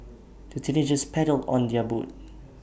the teenagers paddled on their boat